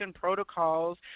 protocols